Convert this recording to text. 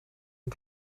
een